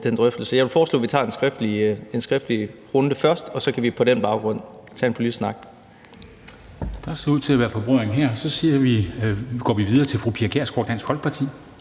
Jeg vil foreslå, at vi tager en skriftlig runde først, og så kan vi på den baggrund tage en politisk snak.